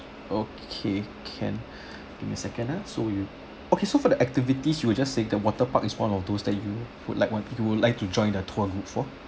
okay can give me a second ah so you okay so for the activities you were just saying the water park is one of those that you would like one you would like to join a tour group for